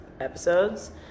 episodes